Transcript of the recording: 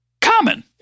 common